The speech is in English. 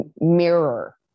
mirror